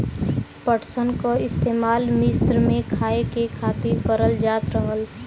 पटसन क इस्तेमाल मिस्र में खाए के खातिर करल जात रहल